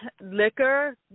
liquor